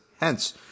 Hence